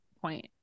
point